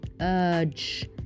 urge